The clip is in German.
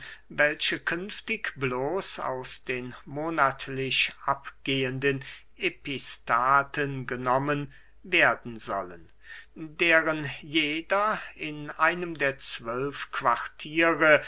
welche künftig bloß aus den monatlich abgehenden epistaten genommen werden sollen deren jeder in einem der zwölf quartiere